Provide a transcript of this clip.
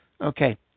Okay